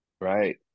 Right